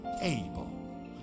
able